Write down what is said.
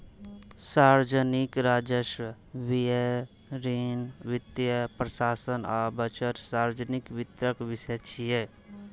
सार्वजनिक राजस्व, व्यय, ऋण, वित्तीय प्रशासन आ बजट सार्वजनिक वित्तक विषय छियै